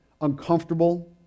uncomfortable